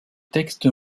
textes